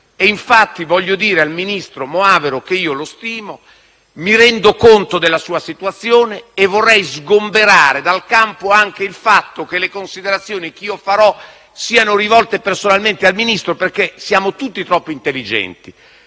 infatti dire al ministro Moavero Milanesi, che stimo, che mi rendo conto della sua situazione e vorrei sgomberare il campo anche dal fatto che le considerazioni che farò siano rivolte personalmente al Ministro. Siamo tutti troppo intelligenti